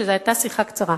שזו היתה שיחה קצרה.